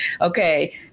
okay